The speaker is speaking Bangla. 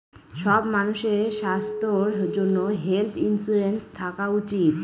সব মানুষের স্বাস্থ্যর জন্য হেলথ ইন্সুরেন্স থাকা উচিত